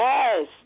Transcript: Yes